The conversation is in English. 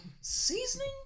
Seasoning